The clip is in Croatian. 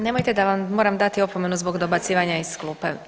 Nemojte da vam moram dati opomenu zbog dobacivanja iz klupe.